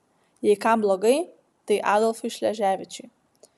jei kam blogai tai adolfui šleževičiui